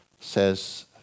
says